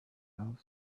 asked